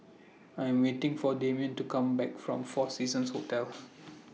I Am waiting For Damian to Come Back from four Seasons Hotel